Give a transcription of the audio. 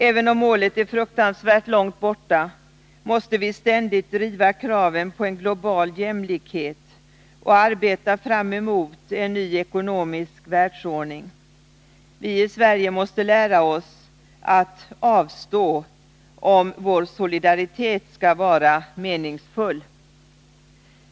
Även om målet är fruktansvärt långt borta måste vi ständigt driva kraven på en global jämlikhet och arbeta för en ny ekonomisk världsordning. Vi i Sverige måste lära oss att avstå, om vår solidaritet skall vara meningsfull.